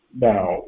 Now